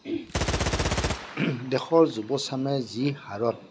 দেশৰ যুব চামে যি হাৰত